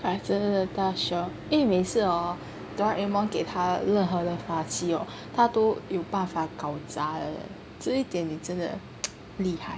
还是大雄因为每次 hor Doraemon 给他了法器 hor 他都有办法搞砸了 eh 这一点真的厉害